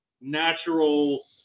natural